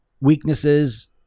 weaknesses